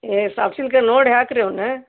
ಏ ಸಾಫ್ಟ್ ಸಿಲ್ಕಲ್ಲಿ ನೋಡಿ ಹಾಕ್ರಿ ಅವನ್ನ